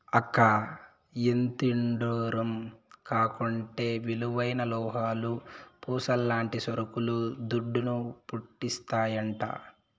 అక్కా, ఎంతిడ్డూరం కాకుంటే విలువైన లోహాలు, పూసల్లాంటి సరుకులు దుడ్డును, పుట్టిస్తాయంట